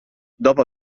dopo